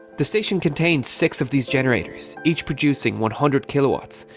the station contained six of these generators each produced one hundred kilowatts,